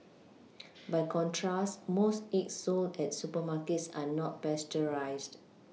by contrast most eggs sold at supermarkets are not pasteurised